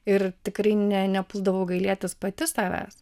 ir tikrai ne nepuldavau gailėtis pati savęs